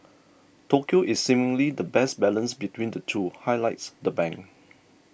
Tokyo is seemingly the best balance between the two highlights the bank